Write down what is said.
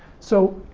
so,